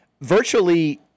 virtually